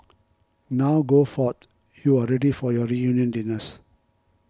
now go forth you are ready for your reunion dinners